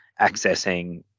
accessing